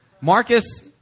Marcus